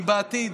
אם בעתיד